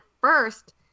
first